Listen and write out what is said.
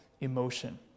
emotion